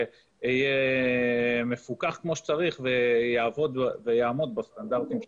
יהיה מפוקח כמו שצריך ויעבוד ויעמוד בסטנדרטים שלנו.